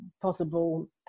possible